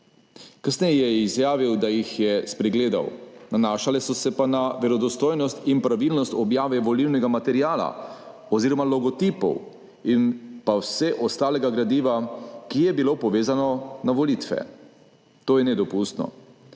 Kasneje je izjavil, da jih je spregledal, nanašale so se pa na verodostojnost in pravilnost objave volilnega materiala oziroma logotipov in pa vse ostalega gradiva, ki je bilo povezano na volitve. To je nedopustno